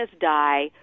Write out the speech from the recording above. die